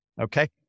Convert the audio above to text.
okay